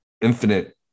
infinite